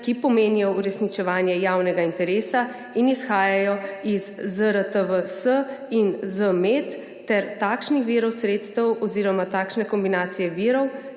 ki pomenijo uresničevanje javnega interesa in izhajajo iz ZRTVS in ZMed ter takšnih virov sredstev oziroma takšne kombinacije virov,